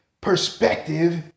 perspective